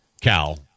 Cal